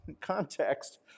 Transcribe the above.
context